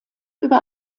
über